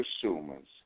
consumers